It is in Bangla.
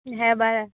হ্যাঁ বাড়া